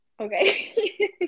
okay